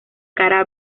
cara